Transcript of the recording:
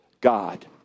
God